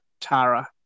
Tara